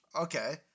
okay